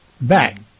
back